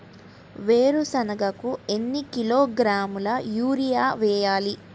వేరుశనగకు ఎన్ని కిలోగ్రాముల యూరియా వేయాలి?